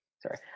Sorry